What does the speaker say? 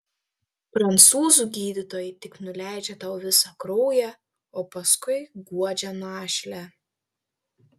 prancūzų gydytojai tik nuleidžia tau visą kraują o paskui guodžia našlę